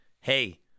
hey